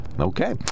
Okay